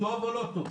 טוב או לא טוב?